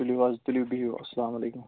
تُلِو حظ تُلِو بہِو اسلامُ علیکُم